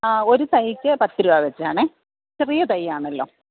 ആ ഒരു തൈക്ക് പത്ത് രൂപ വെച്ചാണേ ചെറിയ തൈ ആണല്ലോ